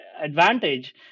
advantage